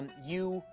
and you,